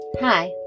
Hi